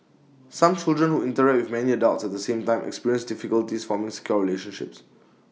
some children who interact with many adults at the same time experience difficulties forming secure relationships